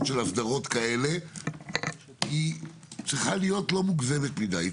של אסדרות כאלה צריכה להיות לא מוגזמת מדיי,